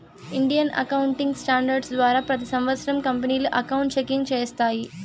Indian accounting standards ద్వారా ప్రతి సంవత్సరం కంపెనీలు అకౌంట్ చెకింగ్ చేస్తాయి